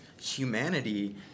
humanity